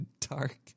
dark